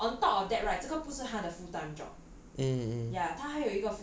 there's a lot of money eh 已经一千块 orh on top of that right 这个不是他的 full time job